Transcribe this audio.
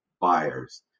buyers